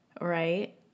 right